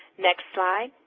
next slide,